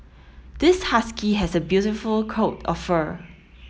this husky has a beautiful coat of fur